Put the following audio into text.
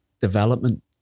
development